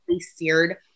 seared